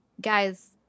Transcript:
Guys